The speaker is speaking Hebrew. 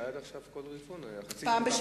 עד עכשיו כל רבעון היה חצי שנה,